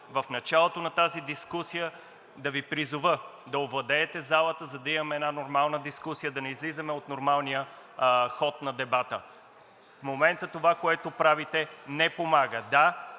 в началото на тази дискусия да Ви призова да овладеете залата, за да имаме една нормална дискусия, да не излизаме от нормалния ход на дебата. В момента това, което правите, не помага.